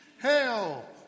Hail